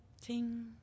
ting